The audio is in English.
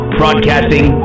broadcasting